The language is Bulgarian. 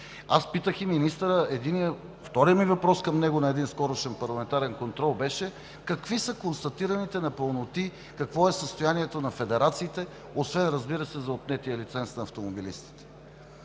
Аз питах и министъра: вторият ми въпрос към него на скорошен парламентарен контрол беше какви са констатираните непълноти, какво е състоянието на федерациите, освен, разбира се, за отнетия лиценз на автомобилистите?